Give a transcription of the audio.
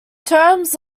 terms